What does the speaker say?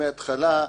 מהתחלה,